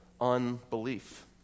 unbelief